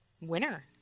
winner